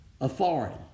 authority